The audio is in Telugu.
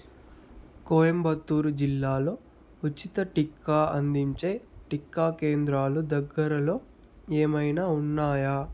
కోయంబత్తూరు జిల్లాలో ఉచిత టీకా అందించే టీకా కేంద్రాలు దగ్గరలో ఏమైనా ఉన్నాయా